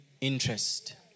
interest